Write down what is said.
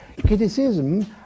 Criticism